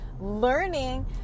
learning